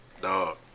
dog